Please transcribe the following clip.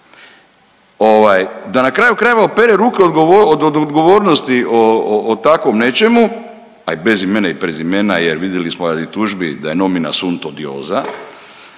da na kraju krajeva opere ruke od odgovornosti o takvom nečemu, a i bez imena i prezimena jer vidjeli smo …/Govornik se ne razumije/…